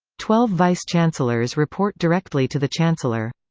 twelve vice chancellors report directly to the chancellor.